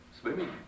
swimming